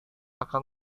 akan